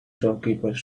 shopkeeper